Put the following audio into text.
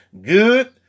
good